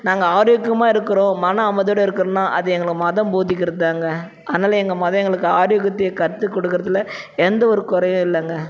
நாங்கள் ஆரோக்கியமாக இருக்கிறோம் மன அமைதியோடய இருக்கிறோன்னா அது எங்களுக்கு மதம் போதிக்கிறது தாங்க அதனால் எங்கள் மதம் எங்களுக்கு ஆரோக்கியத்தை கற்றுக் கொடுக்குறதுல எந்த ஒரு குறையும் இல்லைங்க